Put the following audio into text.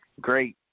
great